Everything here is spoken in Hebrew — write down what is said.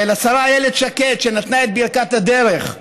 לשרה איילת שקד, שנתנה את ברכת הדרך,